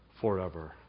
forever